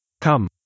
Come